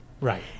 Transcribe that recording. right